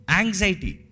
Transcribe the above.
anxiety